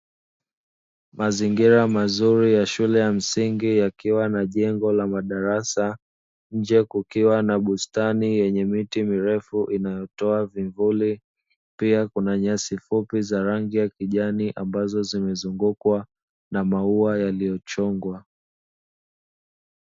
Mazingira mazuri ya shule ya msingi kukiwa na jengo la madarasa nje kukiwa na bustani yenye miti mirefu inayotoa vivuli pia kuna nyasi fupi za rangi ya kijani ambazo zimezungukwa na maua yalio chongwa.